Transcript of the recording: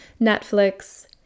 Netflix